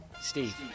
Steve